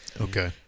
okay